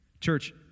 Church